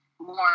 more